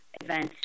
events